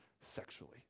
sexually